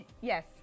Yes